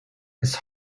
his